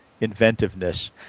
inventiveness